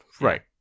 Right